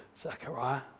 Zechariah